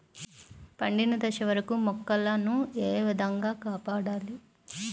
పండిన దశ వరకు మొక్కల ను ఏ విధంగా కాపాడాలి?